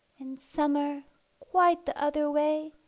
in summer quite the other way,